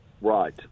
Right